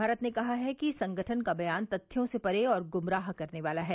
भारत ने कहा है कि संगठन का बयान तथ्यों से परे और गुमराह करने वाला है